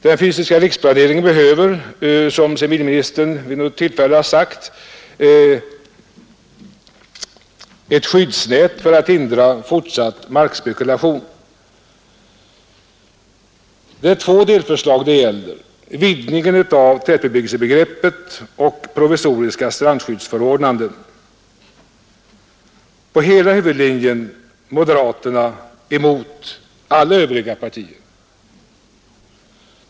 Den fysiska riksplaneringen behöver — som civilministern vid något tillfälle har sagt — ett skyddsnät för att hindra fortsatt markspekulation. Det är två delförslag det gäller: Vidgningen av tätbebyggelsebegreppet och provisoriska strandskyddsförordnanden. På hela huvudlinjen står moderaterna emot alla övriga partier.